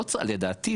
לדעתי,